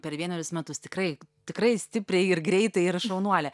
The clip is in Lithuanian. per vienerius metus tikrai tikrai stipriai ir greitai ir šaunuolė